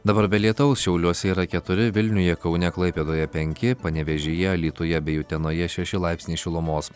dabar be lietaus šiauliuose yra keturi vilniuje kaune klaipėdoje penki panevėžyje alytuje bei utenoje šeši laipsniai šilumos